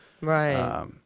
right